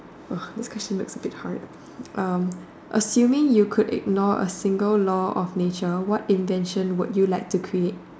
oh this question looks a bit hard uh assuming you could ignore a single law of nature what invention would you like to create